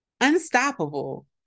Unstoppable